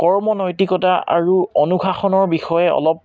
কৰ্মনৈতিকতা আৰু অনুশাসনৰ বিষয়ে অলপ